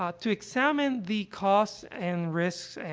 um to examine the costs and risks, and